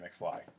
McFly